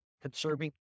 Conserving